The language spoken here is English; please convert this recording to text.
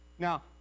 Now